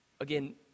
Again